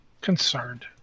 concerned